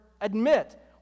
admit